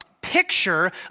picture